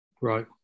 right